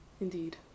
Indeed